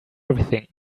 everything